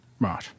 Right